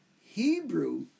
Hebrew